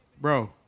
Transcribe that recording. bro